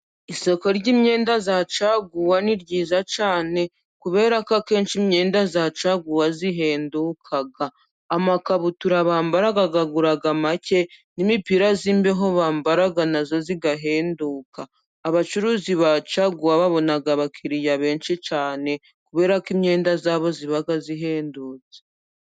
Isoko ry'imyenda ya caguwa ni ryiza cyane kubera ko akenshi imyenda ya caguwa ihenduka. Amakabutura bambara agagura make n'imipira y'imbeho bambara nayo igahenduka. Abacuruzi ba caguwa babona abakiriya benshi cyane kubera ko imyenda yabo ibaga ihendutse.